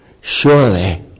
Surely